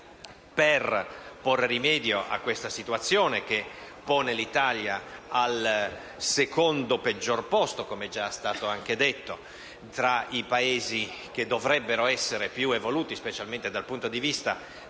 Per porre rimedio a questa situazione, che pone l'Italia al secondo peggior posto come è stato già detto, tra i Paesi che dovrebbero essere più evoluti specialmente dal punto di vista della